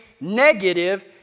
negative